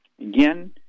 Again